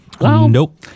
Nope